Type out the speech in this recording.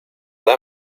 that